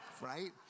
right